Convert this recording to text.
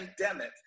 pandemic